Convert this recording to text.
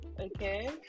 Okay